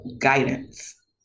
guidance